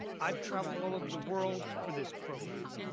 i've traveled all over the world for this program.